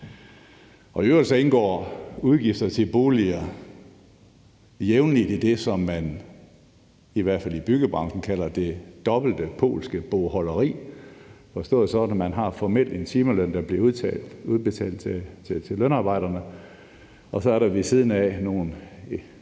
I øvrigt indgår udgifter til boliger jævnligt i det, som man – i hvert fald i byggebranchen – kalder det dobbelte polske bogholderi. Det skal forstås sådan, at der formelt er en timeløn, der bliver udbetalt til lønarbejderne, og at der så ved siden af er nogle